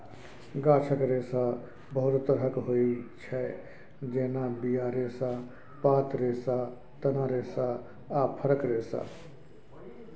गाछक रेशा बहुत तरहक होइ छै जेना बीया रेशा, पात रेशा, तना रेशा आ फरक रेशा